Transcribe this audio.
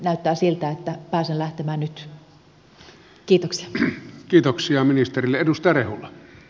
näyttää siltä että pääsen lähtemään nyt